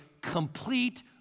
complete